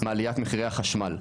מעליית מחירי החשמל,